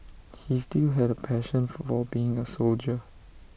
he still had A passion for being A soldier